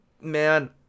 Man